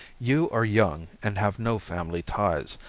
you are young and have no family ties,